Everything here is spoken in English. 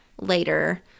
later